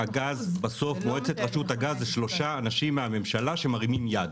בסוף מועצת רשות הגז זה שלושה אנשים מהממשלה שמרימים יד.